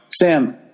Sam